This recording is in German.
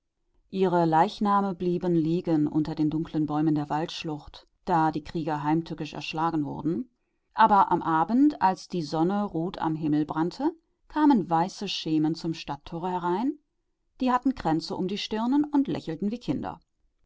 ihre leichname blieben liegen unter den dunklen bäumen der waldschlucht da die krieger heimtückisch erschlagen wurden aber am abend als die sonne rot am himmel brannte kamen weiße schemen zum stadttore herein die hatten kränze um die stirnen und lächelten wie kinder